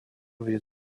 вред